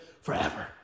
forever